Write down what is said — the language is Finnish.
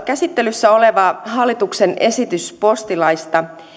käsittelyssä olevaa hallituksen esitystä postilaista